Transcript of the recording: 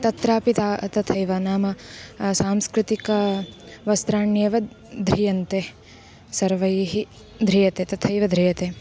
तत्रापि ता तथैव नाम सांस्कृतिक वस्त्राण्येव ध्रियन्ते सर्वे ध्रियन्ते तथैव ध्रियन्ते